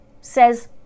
Says